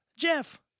Jeff